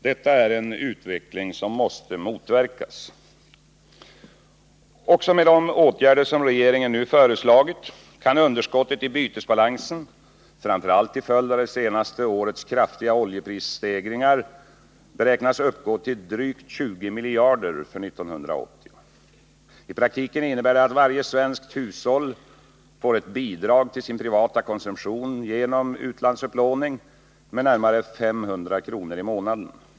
Detta är en utveckling som måste motverkas. Även med de åtgärder som regeringen nu föreslagit kan underskottet i bytesbalansen, framför allt till följd av det senaste årets kraftiga oljeprishöjningar, beräknas uppgå till drygt 20 miljarder för 1980. I praktiken innebär det att varje svenskt hushåll får ett bidrag till sin privata konsumtion genom utlandsupplåning med närmare 500 kr. i månaden.